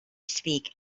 speak